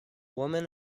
woman